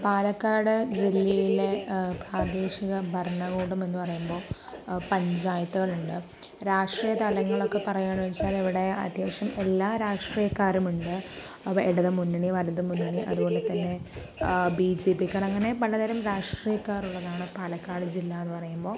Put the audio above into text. പാലക്കാട് ജില്ലയിലെ പ്രാദേശിക ഭരണകൂടം എന്ന് പറയുമ്പോൾ പഞ്ചായത്തുകളുണ്ട് രാഷ്ട്രീയ തലങ്ങൾ ഒക്കെ പറയാണെന്ന് വെച്ചാൽ ഇവിടെ അത്യാവശ്യം എല്ലാ രാഷ്ടിയക്കാരുമുണ്ട് ഇടത് മുന്നണി വലത് മുന്നണി അതുപോലെ തന്നെ ബിജെപിക്കാർ അങ്ങനെ പലതരം രഷ്ട്രീയക്കാർ ഉള്ളതാണ് പാലക്കാട് ജില്ല എന്ന് പറയുമ്പോ